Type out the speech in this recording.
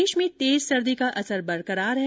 प्रदेश में तेज सर्दी का असर बरकरार है